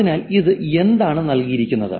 അതിനാൽ ഇതിൽ എന്താണ് നൽകിയിരിക്കുന്നത്